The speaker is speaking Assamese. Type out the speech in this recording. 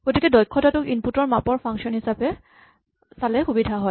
গতিকে দক্ষতাটোক ইনপুট ৰ মাপৰ ফাংচন হিচাপে চালে সুবিধা হয়